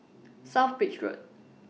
South Bridge Road